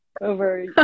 over